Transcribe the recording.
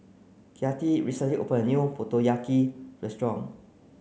Kathi recently opened a new Motoyaki restaurant